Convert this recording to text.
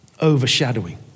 overshadowing